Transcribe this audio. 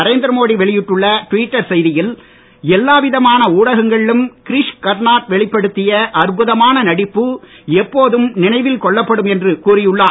நரேந்திர செய்தி மோடி வெளியிட்டுள்ள ட்விட்ட செய்தியில் எல்லா விதமான ஊடகங்களிலும் கிரீஷ் கர்னார்ட் வெளிப்படுத்திய அற்புதமான நடிப்பு எப்போதும் நினைவில் கொள்ளப்படும் என்று கூறியுள்ளார்